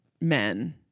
men